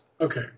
okay